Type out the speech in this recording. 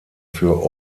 für